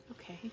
Okay